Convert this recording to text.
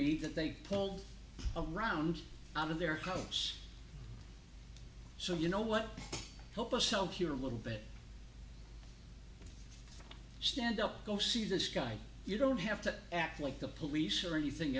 me that they pulled a round out of their house so you know what help us help your little bit stand up go see this guy you don't have to act like the police or anything